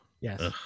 Yes